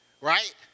right